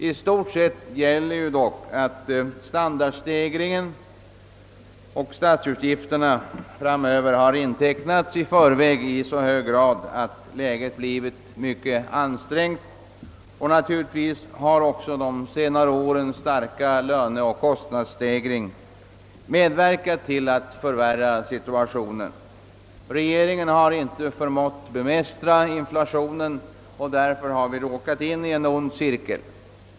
I stort sett gäller dock att standardstegringen och statsutgifterna i framtiden har intecknats i förväg i så hög grad, att läget blivit mycket ansträngt. Naturligtvis har också de senaste årens starka löneoch kostnadsstegring medverkat till att förvärra situationen. Regeringen har inte förmått bemästra inflationen, och därför har vi råkat in i en ond cirkel.